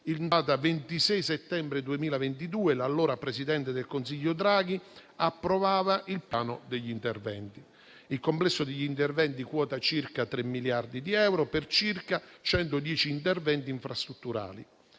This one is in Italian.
26 settembre 2022 l'allora presidente del Consiglio Draghi approvava il piano degli interventi. Il complesso di interventi quota circa 3 miliardi di euro per circa 110 interventi infrastrutturali.